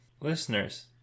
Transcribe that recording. Listeners